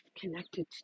connected